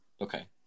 Okay